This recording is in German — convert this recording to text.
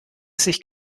sich